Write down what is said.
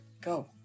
Go